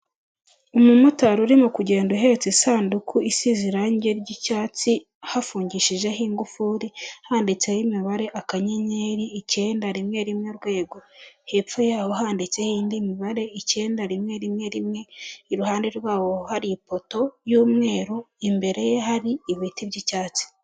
Umumotari urimo kugenda uhetse isanduku isize irangi ry'icyatsi hafungishijeho ingufuri handitseho imibare akanyenyeri icyenda rimwe rimwe urwego hepfo yaho handitseho indi mibare icyenda rimwe rimwe rimwe iruhande rwawo hari ipoto y'umweru imbere ye hari ibiti by'icyatsi.